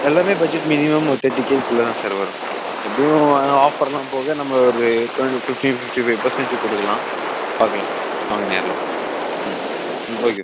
எல்லாமே budget minimum ஒரு thirty கேக்குள்ள தான் சார் வரும் எப்படியும் ஆஃபர்லாம் போக நம்ம ஒரு twenty fifteen fifty five percentage கொடுக்கலாம் பார்க்கலாம் வாங்க நேரில் வாங்க பார்க்க ம் ம் ஓகே